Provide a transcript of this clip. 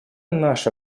наша